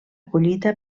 collita